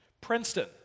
Princeton